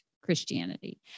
Christianity